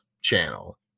channel